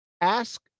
ask